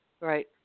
Right